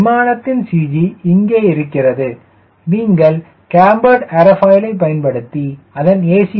விமானத்தின் CG இங்கே இருக்கிறது நீங்கள் கேம்பர்டு ஏரோஃபைலை பயன்படுத்தி அதன் a